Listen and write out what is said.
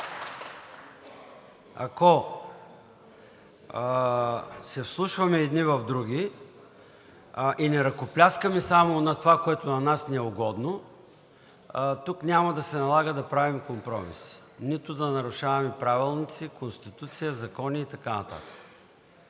Ако се вслушваме едни в други и не ръкопляскаме само на това, което на нас ни е угодно, тук няма да се налага да правим компромис, нито да нарушаваме правилници, Конституция, закони и така нататък,